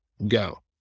go